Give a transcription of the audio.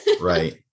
right